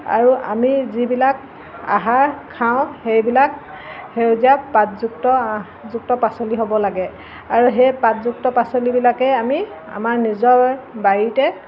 আৰু আমি যিবিলাক আহাৰ খাওঁ সেইবিলাক সেউজীয়া পাটযুক্ত আঁহযুক্ত পাচলি হ'ব লাগে আৰু সেই পাটযুক্ত পাচলিবিলাকেই আমি আমাৰ নিজৰ বাৰীতে